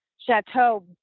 chateau